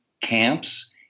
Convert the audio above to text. camps